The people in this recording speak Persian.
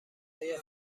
آیا